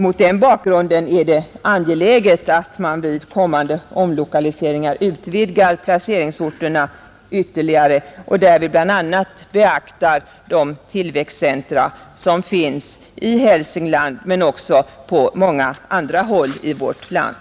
Mot den bakgrunden är det angeläget att man vid kommande omlokaliseringar utökar antalet placeringsorter ytterligare och därvid bl.a. beaktar de tillväxtcentra som finns i Hälsingland men också på många andra håll i vårt land.